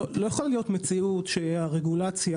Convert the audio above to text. לא יכולה להיות מציאות שהרגולציה,